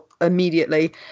immediately